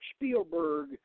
Spielberg